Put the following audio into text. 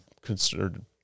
considered